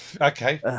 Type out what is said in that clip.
Okay